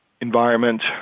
environment